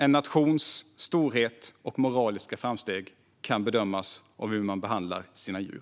En nations storhet och moraliska framsteg kan bedömas av hur man behandlar sina djur.